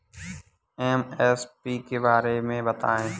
MSP के बारे में बतायें?